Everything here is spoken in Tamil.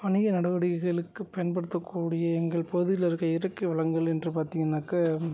வணிக நடவடிக்கைகளுக்குப் பயன்படுத்தக் கூடிய எங்கள் பகுதியில் இருக்க இயற்கை வளங்கள் என்று பார்த்தீங்கன்னாக்க